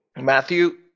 Matthew